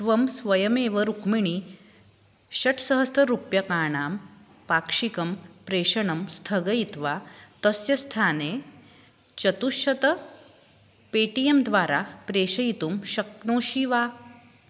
त्वं स्वयमेव रुक्मिणी षट्सहस्ररूप्यकाणां पाक्षिकं प्रेषणं स्थगयित्वा तस्य स्थाने चतुःशतं पे टी एम् द्वारा प्रेषयितुं शक्नोषि वा